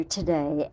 today